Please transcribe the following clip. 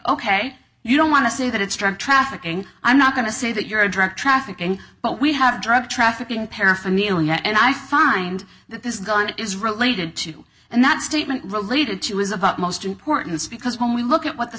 ok you don't want to say that it's drug trafficking i'm not going to say that you're a drug trafficking but we have drug trafficking paraphernalia and i find that this gun is related to and that statement related to was about most importance because when we look at what the